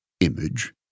image